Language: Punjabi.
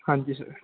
ਹਾਂਜੀ ਸਰ